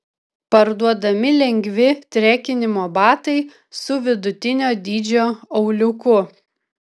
parduodami lengvi trekinimo batai su vidutinio dydžio auliuku